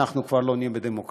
אנחנו כבר לא נהיה בדמוקרטיה.